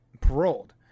paroled